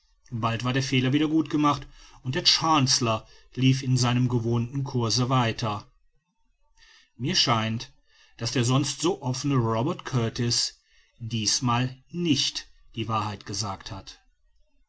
bald war der fehler wieder gut gemacht und der chancellor lief in seinem gewohnten course weiter mir scheint daß der sonst so offene robert kurtis diesmal nicht die wahrheit gesagt hat